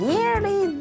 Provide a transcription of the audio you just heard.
Nearly